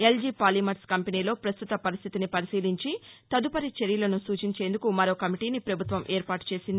LG polymers కంపెనీలో పస్తుత పరిస్దితిని పరిశీలించి తదుపరి చర్యలను సూచించేందుకు మరో కమిటీని పభుత్వం ఏర్పాటు చేసింది